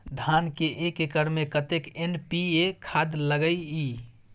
धान के एक एकर में कतेक एन.पी.ए खाद लगे इ?